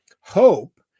hope